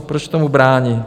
Proč tomu brání?